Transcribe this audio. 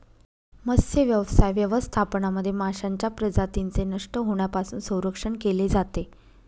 मत्स्यव्यवसाय व्यवस्थापनामध्ये माशांच्या प्रजातींचे नष्ट होण्यापासून संरक्षण केले जाते